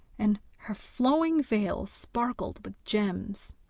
and her flowing veil sparkled with gems.